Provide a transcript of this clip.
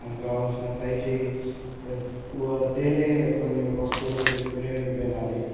మనకు కావాల్సిన పైకి ఓ తేలే కొన్ని వస్తువులు తీసుకుని వెళ్లాలి